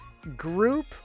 group